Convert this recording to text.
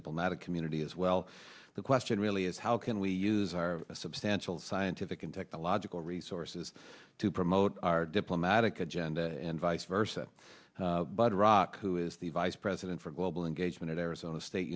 diplomatic community as well the question really is how can we use our substantial scientific and technological resources to promote our diplomatic agenda and vice versa but iraq who is the vice president for global engagement at arizona state